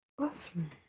awesome